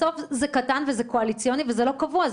בסוף זה קטן וזה קואליציוני וזה לא קבוע.